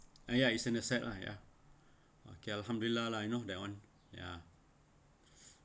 ah ya it's an asset lah ya okay alhamdulillah lah you know that [one] ya